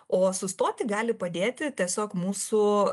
o sustoti gali padėti tiesiog mūsų